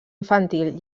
infantil